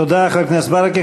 תודה, חבר הכנסת ברכה.